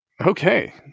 Okay